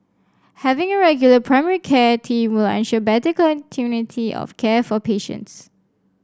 having a regular primary care team will ensure better continuity of care for patients